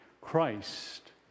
Christ